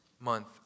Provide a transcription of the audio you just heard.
month